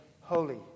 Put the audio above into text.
holy